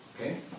okay